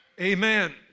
Amen